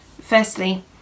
Firstly